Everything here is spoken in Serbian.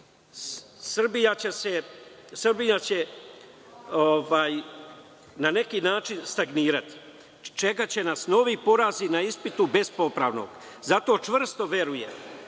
Srbija će na neki način stagnirati. Čekaće nas novi porazi na ispitu bez popravnog. Zato čvrsto verujem